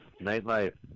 nightlife